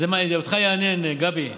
זה אותך יעניין, גבי.